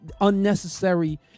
unnecessary